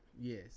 yes